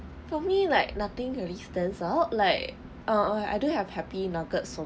for me like nothing really stands out like err oh I don't have happy nuggets